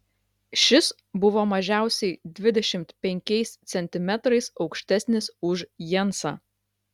šis buvo mažiausiai dvidešimt penkiais centimetrais aukštesnis už jensą